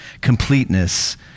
completeness